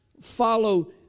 follow